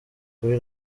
kuri